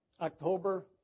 October